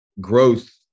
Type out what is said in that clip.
growth